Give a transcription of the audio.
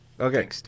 okay